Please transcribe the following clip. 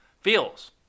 feels